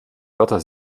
wörter